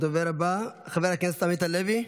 הדובר הבא, חבר הכנסת עמית הלוי,